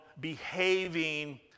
behaving